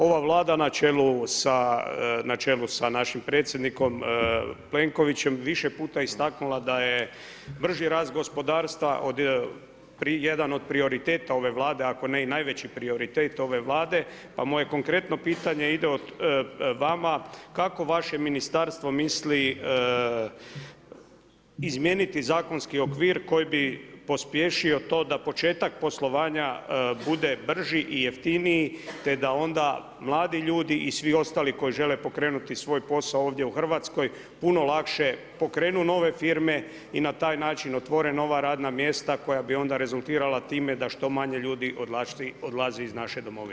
Ova vlada na čelu sa našim predsjednikom Plenkovićem više puta istaknula da je brži rast gospodarstva, jedan od prioriteta ove Vlade, ako ne i najveći prioritet ove vlade, pa moje konkretno pitanje ide vama, kako vaše ministarstvo misli izmijeniti zakonski okvir, koji bi pospješio to da početak poslovanja bude brži i jeftiniji, te da onda mladi ljudi i svi ostali koji žele pokrenuti svoj posao ovdje u Hrvatskoj, puno lakše pokrenu nove firme i na taj način otvore nova radna mjesta, koja bi onda rezultirala time, da što manje ljudi odlazi iz naše domovine.